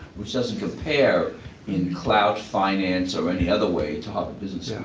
which doesn't compare in clout, finance or any other way to harvard business